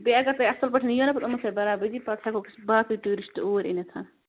بیٚیہِ اَگر تۄہہِ اَصٕل پٲٹھۍ اِیو نَہ پَتہٕ یِمَن سۭتۍ بَرابٔدی پَتہٕ ہٮ۪کہٕ ووٚکھ أسۍ باقٕے ٹیوٗرِسٹ اور أنِتھ